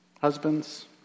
Husbands